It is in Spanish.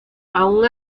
aun